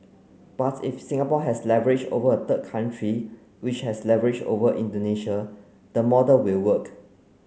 but if Singapore has leverage over a third country which has leverage over Indonesia the model will work